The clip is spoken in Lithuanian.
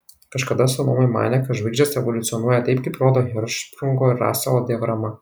kažkada astronomai manė kad žvaigždės evoliucionuoja taip kaip rodo hercšprungo ir raselo diagrama